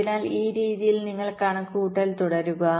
അതിനാൽ ഈ രീതിയിൽ നിങ്ങൾ കണക്കുകൂട്ടൽ തുടരുക